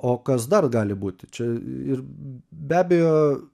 o kas dar gali būti čia ir be abejo